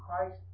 Christ